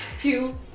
two